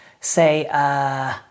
say